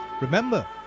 Remember